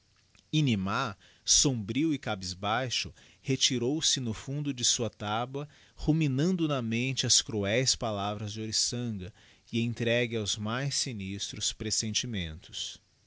inimá sombrio e cabisbaixo retirou-se no fundo de sua taba ruminando na mente as cruéis palavras de oriçanga e entregue aos mais sinistros presentímentos